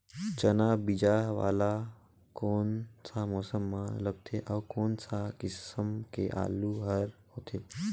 चाना बीजा वाला कोन सा मौसम म लगथे अउ कोन सा किसम के आलू हर होथे?